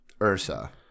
Ursa